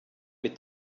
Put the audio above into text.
mit